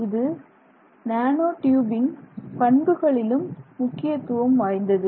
இது நேனோ ட்யூபின் பண்புகளிலும் முக்கியத்துவம் வாய்ந்தது